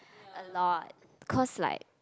a lot cause like